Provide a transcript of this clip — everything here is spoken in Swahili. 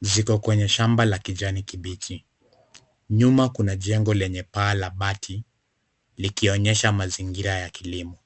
Ziko kwenye shamba la kijani kibichi. Nyuma kuna jengo lenye paa la bati, likionyesha mazingira ya kilimo.